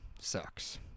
sucks